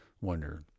wonder